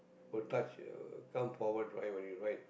will touch uh come forward right when you ride